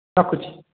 ରଖୁଛି